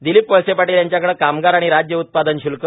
दिलीप वळसे पाटील यांच्याकडे कामगार आणि राज्य उत्पादन श्ल्क